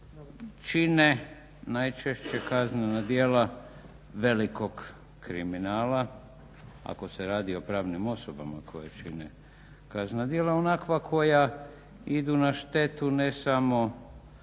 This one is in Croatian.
čine najčešće kaznena djela velikog kriminala, ako se radi o pravnim osobama koje čine kaznena djela onakva koja idu na štetu ne samo